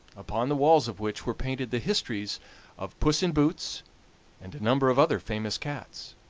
upon the walls of which were painted the histories of puss in boots and a number of other famous cats.